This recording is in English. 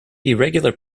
irregular